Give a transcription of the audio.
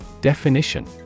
Definition